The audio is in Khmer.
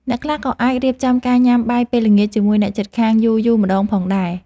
អ្នកខ្លះក៏អាចរៀបចំការញ៉ាំបាយពេលល្ងាចជាមួយអ្នកជិតខាងយូរៗម្ដងផងដែរ។